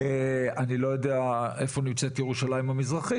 אני לא יודע איפה נמצאת ירושלים המזרחית,